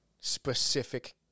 specific